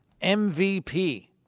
MVP